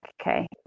okay